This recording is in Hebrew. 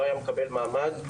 לא היה מקבל מעמד,